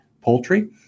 poultry